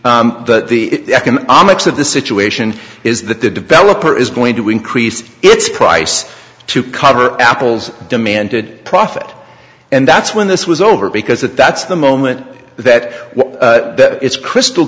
but the economics of the situation is that the developer is going to increase its price to cover apple's demanded profit and that's when this was over because that's the moment that it's crystal